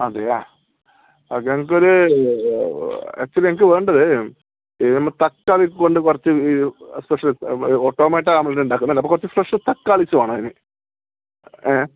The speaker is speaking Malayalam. അതെ അല്ലേ ഓക്കെ എനിക്കൊരു ആക്ച്വലി എനിക്ക് വേണ്ടത് ഈ നമ്മൾ തക്കാളി കൊണ്ടു കുറച്ചു സ്പെഷ്യൽ ടൊമാറ്റോ നമ്മൾ ഉണ്ടാക്കണമല്ലോ അപ്പോൾ കുറച്ചു ഫ്രഷ് തക്കാളീസ് വേണമതിന്